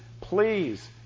please